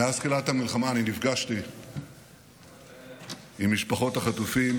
מאז תחילת המלחמה נפגשתי עם משפחות החטופים,